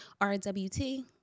RWT